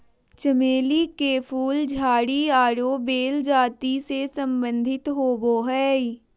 चमेली के फूल झाड़ी आरो बेल जाति से संबंधित होबो हइ